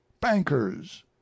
bankers